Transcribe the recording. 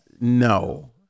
No